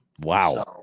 Wow